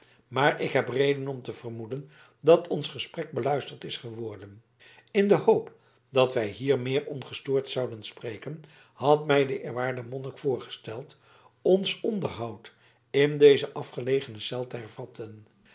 maar ik heb reden om te vermoeden dat ons gesprek beluisterd is geworden in de hoop dat wij hier meer ongestoord zouden spreken had mij de eerwaarde monnik voorgesteld ons onderhoud in deze afgelegene cel te hervatten